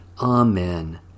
Amen